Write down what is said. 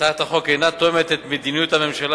הצעת החוק אינה תואמת את מדיניות הממשלה